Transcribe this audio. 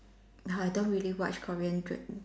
I don't really watch Korean dr~